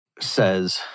says